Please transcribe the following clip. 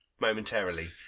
momentarily